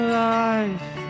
life